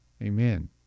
Amen